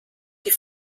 die